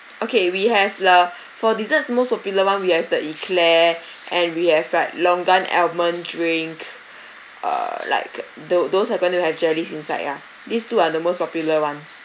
okay we have the for desserts most popular one we have the eclair and we have like longan almond drink err like tho~ those happen to have jellies inside yeah these two are the most popular one